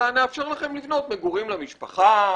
אלא נאפשר לכם לבנות מגורים למשפחה.